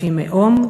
לפי לאום,